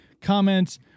comments